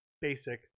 basic